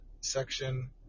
section